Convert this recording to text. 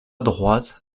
droite